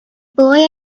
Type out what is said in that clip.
boy